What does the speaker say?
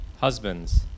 Husbands